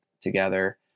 together